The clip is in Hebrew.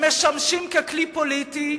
משמשים ככלי פוליטי,